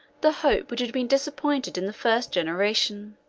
the hope which had been disappointed in the first, generation.